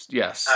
yes